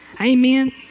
Amen